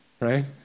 right